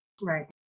Right